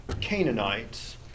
Canaanites